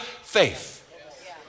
faith